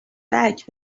back